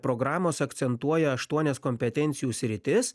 programos akcentuoja aštuonias kompetencijų sritis